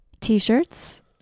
t-shirts